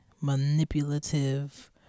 manipulative